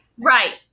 Right